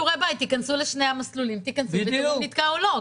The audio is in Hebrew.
תיכנסו לשני המסלולים, תראו אם נתקע או לא.